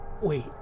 Wait